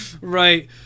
Right